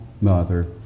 mother